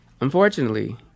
Unfortunately